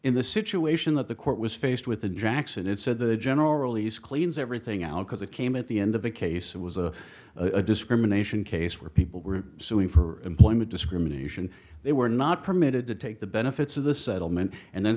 in the situation that the court was faced with the dracs and it said the general release cleans everything out because it came at the end of the case it was a discrimination case where people were suing for employment discrimination they were not permitted to take the benefits of the settlement and then